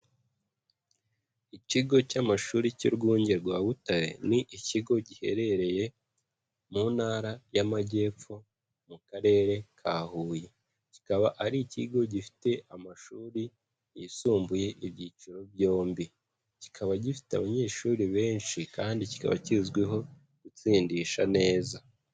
Ikigo cy'amashuri cy'urwunge rwa Butare, ni ikigo giherereye mu Ntara y'Amajyepfo mu Karere ka Huye, kikaba ari ikigo gifite amashuri yisumbuye ibyiciro byombi, kikaba gifite abanyeshuri benshi kandi kikaba kizwiho gutsindisha neza.